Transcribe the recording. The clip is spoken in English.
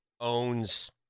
owns